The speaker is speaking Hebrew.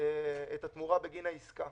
את התמורה בגין העסקה